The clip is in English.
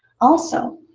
also,